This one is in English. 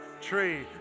tree